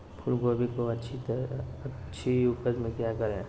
फूलगोभी की अच्छी उपज के क्या करे?